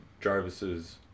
Jarvis's